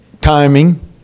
timing